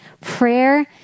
prayer